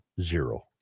zero